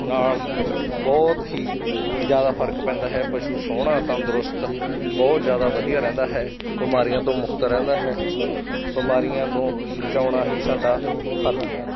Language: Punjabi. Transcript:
ਨਾਲ ਬਹੁਤ ਹੀ ਜ਼ਿਆਦਾ ਫਰਕ ਪੈਂਦਾ ਹੈ ਪਸ਼ੂ ਸੋਹਣਾ ਤੰਦਰੁਸਤ ਬਹੁਤ ਜ਼ਿਆਦਾ ਵਧੀਆ ਰਹਿੰਦਾ ਹੈ ਬਿਮਾਰੀਆਂ ਤੋਂ ਮੁਕਤ ਰਹਿੰਦਾ ਹੈ ਬਿਮਾਰੀਆਂ ਨੂੰ ਬਚਾਉਣਾ ਹੀ ਸਾਡਾ ਫਰਜ਼ ਹੈ